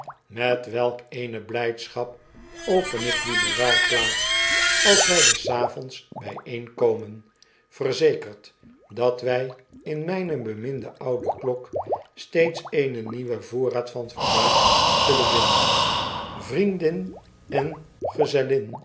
met welk eene blydschap open ik die bewaarplaats als wy des avonds byeenkoraen verzekerd dat wy in myne beminde oude klok steeds eenen nieuwen voorraad van vermaak zullen vinden vriendin en gezellin